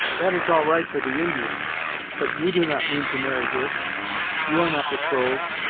that is all right for the indian but you do not mean to marry hist you are not betrothed,